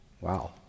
Wow